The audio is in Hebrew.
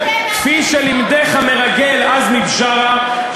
כפי שלימדך המרגל עזמי בשארה,